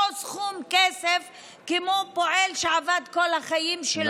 סכום כסף כמו פועל שעבד כל החיים שלו,